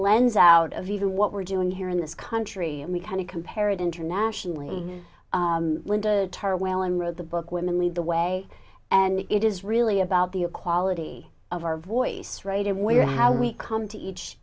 lens out of even what we're doing here in this country and we kind of compare it internationally linda tara whalen wrote the book women lead the way and it is really about the equality of our voice right and we're how we come to each